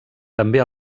també